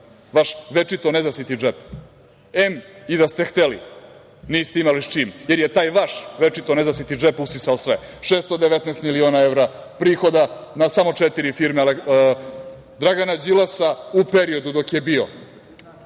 Vaš večito nezasit džep, em i da ste hteli, niste imali sa čim, jer je taj vaš večito nezasiti džep usisao džep, 619 miliona evra prihoda na samo četiri firme Dragana Đilasa u periodu dok je bio